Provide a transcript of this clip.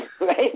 right